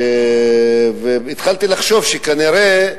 והתחלתי לחשוב שכנראה,